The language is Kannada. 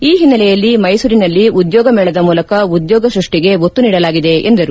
ಈ ಹಿನ್ನಲೆಯಲ್ಲಿ ಮೈಸೂರಿನಲ್ಲಿ ಉದ್ಯೋಗ ಮೇಳದ ಮೂಲಕ ಉದ್ಯೋಗ ಸ್ವಷ್ಲಿಗೆ ಒತ್ತು ನೀಡಲಾಗಿದೆ ಎಂದರು